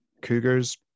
cougars